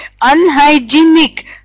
unhygienic